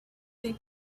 they